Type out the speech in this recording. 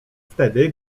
wtedy